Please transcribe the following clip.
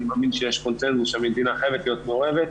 אני מאמין שיש קונצנזוס שהמדינה חייבת להיות מעורבת,